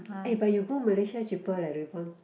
eh but you go Malaysia cheaper leh rebond